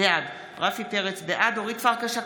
בעד אורית פרקש הכהן,